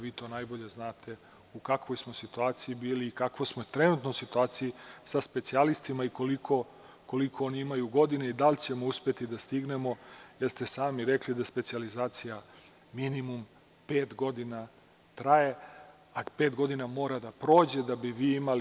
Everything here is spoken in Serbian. Vi najbolje znate u kakvoj smo situaciji bili i u kakvoj smo trenutno situaciji sa specijalistima i koliko oni imaju godina i da li ćemo uspeti da stignemo, jer ste sami rekli da specijalizacija minimum pet godina traje, a pet godina mora da prođe da bi vi imali.